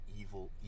evil